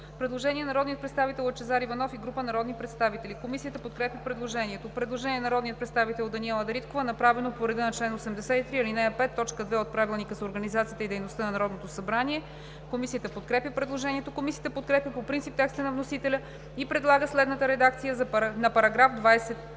Предложение на народния представител Лъчезар Иванов и група народни представители. Комисията подкрепя предложението. Предложение на народния представител Даниела Дариткова, направено по реда на чл. 83, ал. 5, т. 2 от Правилника за организацията и дейността на Народното събрание. Комисията подкрепя предложението. Комисията подкрепя по принцип текста на вносителя и предлага следната редакция на § 30,